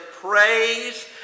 praise